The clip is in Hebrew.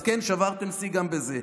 אז כן, שברתם שיא גם בזה.